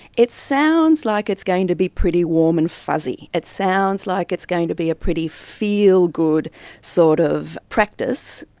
it sounds like it's going to be pretty warm and fuzzy, it sounds like it's going to be a pretty feelgood sort of practice.